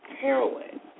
heroin